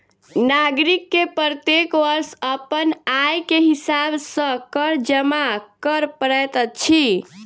नागरिक के प्रत्येक वर्ष अपन आय के हिसाब सॅ कर जमा कर पड़ैत अछि